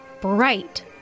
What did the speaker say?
bright